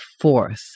fourth